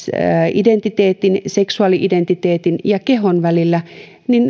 identiteetin seksuaali identiteetin ja kehon välillä niin